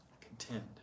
Contend